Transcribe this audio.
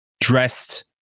dressed